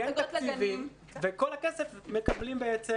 אין תקציבים ואת כל הכסף מקבלים בעצם